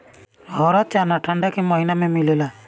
हरा चना ठंडा के महिना में मिलेला